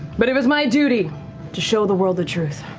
but it was my duty to show the world the truth.